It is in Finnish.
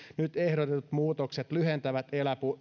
nyt ehdotetut muutokset lyhentävät